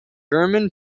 german